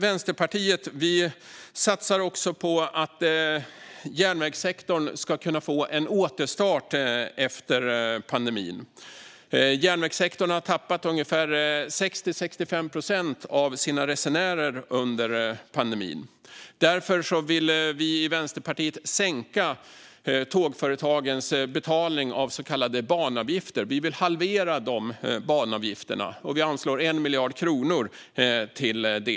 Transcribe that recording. Vänsterpartiet satsar också på att järnvägssektorn ska kunna få en återstart efter pandemin. Järnvägssektorn har tappat ungefär 60-65 procent av sina resenärer under pandemin. Därför vill Vänsterpartiet halvera tågföretagens banavgifter och anslår 1 miljard kronor till det.